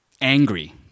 angry